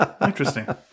Interesting